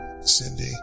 Cindy